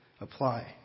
Apply